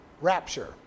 rapture